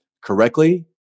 correctly